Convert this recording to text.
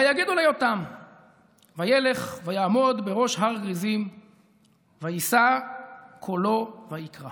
ויגִּדו ליותם וילך ויעמֹד בראש הר גרִזים וישא קולו ויקרא